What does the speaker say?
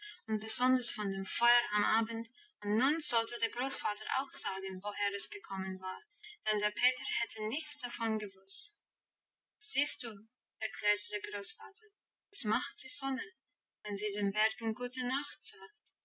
und besonders von dem feuer am abend und nun sollte der großvater auch sagen woher es gekommen war denn der peter hätte nichts davon gewusst siehst du erklärte der großvater das macht die sonne wenn sie den bergen gute nacht sagt